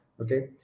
Okay